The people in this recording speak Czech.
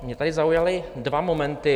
Mě tady zaujaly dva momenty.